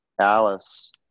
Alice